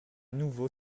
nouveau